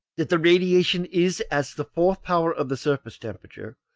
that the radiation is as the fourth power of the surface temperature,